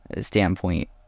standpoint